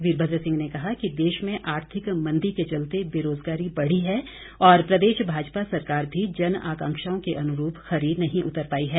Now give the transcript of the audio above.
वीरभद्र सिंह ने कहा कि देश में आर्थिक मंदी के चलते बेरोजगारी बढ़ी है और प्रदेश भाजपा सरकार भी जनआकांक्षाओं के अनुरूप खरी नहीं उतर पाई है